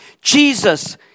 Jesus